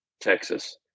Texas